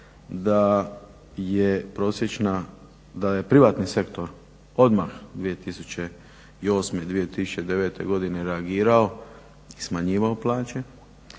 da je prosječna, da je privatni sektor odmah 2008. i 2009. reagirao i smanjivao plaće,